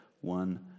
one